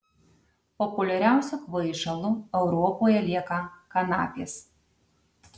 populiariausiu kvaišalu europoje lieka kanapės